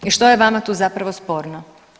I što je vama tu zapravo sporno?